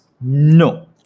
No